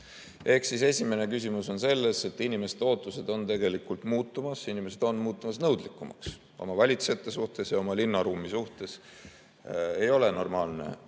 siis esimene küsimus on see, et inimeste ootused on tegelikult muutumas, inimesed on muutumas nõudlikumaks oma valitsejate suhtes ja oma linnaruumi suhtes. Ei ole normaalne